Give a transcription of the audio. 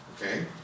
Okay